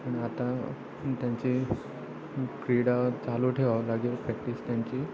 आता त्यांची क्रीडा चालू ठेवावं लागेल प्रॅक्टिस त्यांची